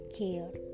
care